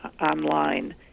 online